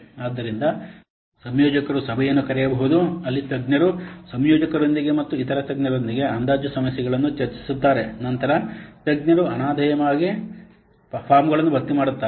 ಆದ್ದರಿಂದ ಸಂಯೋಜಕರು ಸಭೆಯನ್ನು ಕರೆಯಬಹುದು ಅಲ್ಲಿ ತಜ್ಞರು ಸಂಯೋಜಕರೊಂದಿಗೆ ಮತ್ತು ಇತರ ತಜ್ಞರೊಂದಿಗೆ ಅಂದಾಜು ಸಮಸ್ಯೆಗಳನ್ನು ಚರ್ಚಿಸುತ್ತಾರೆ ನಂತರ ತಜ್ಞರು ಅನಾಮಧೇಯವಾಗಿ ಫಾರ್ಮ್ಗಳನ್ನು ಭರ್ತಿ ಮಾಡುತ್ತಾರೆ